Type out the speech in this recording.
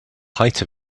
height